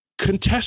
contest